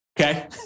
Okay